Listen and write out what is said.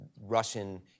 Russian